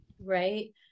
right